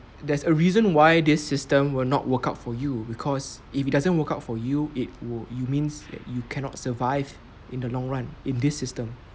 there's a reason why this system will not work out for you because if it doesn't work out for you it would you means that you cannot survive in the long run in this system